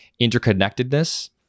interconnectedness